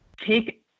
take